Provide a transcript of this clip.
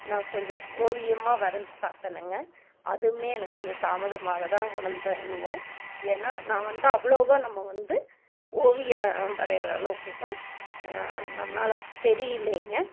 நான் கொஞ்சம் ஓவியமாக வரைஞ்சு பார்த்தேனுங்க அதுவுமே எனக்கு கொஞ்சம் தாமதமாக தான் உணர்ந்தேனுங்க ஏன்னால் நான் வந்து அவ்வளோவா நம்ம வந்து ஓவியம் வரைகிற அளவுக்கெல்லாம் நம்மனால தெரியலைங்க